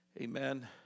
Amen